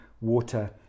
water